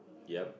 yup